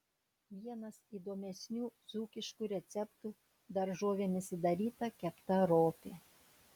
vienas įdomesnių dzūkiškų receptų daržovėmis įdaryta kepta ropė